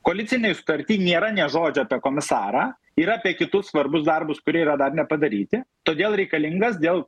koalicinėj sutarty nėra nė žodžio apie komisarą yra apie kitus svarbius darbus kurie yra dar nepadaryti todėl reikalingas dėl